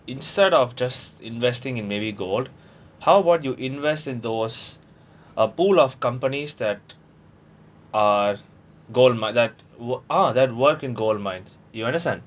instead of just investing in maybe gold how about you invest in those a pool of companies that uh gold mine that wo~ ah that work in gold mines you understand